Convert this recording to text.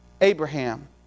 Abraham